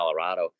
Colorado